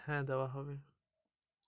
আমার পাসবই টি একটু আপডেট করে দেবেন?